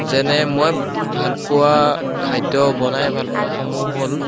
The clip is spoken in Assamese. যেনে মই ভালপোৱা খাদ্য বনাই ভালপোৱাসমূহ হ'ল